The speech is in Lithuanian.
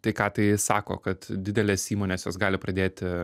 tai ką tai sako kad didelės įmonės jos gali pradėti